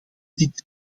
dit